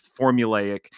formulaic